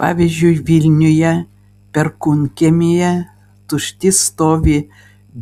pavyzdžiui vilniuje perkūnkiemyje tušti stovi